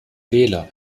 wähler